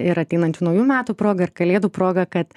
ir ateinančių naujų metų proga ir kalėdų proga kad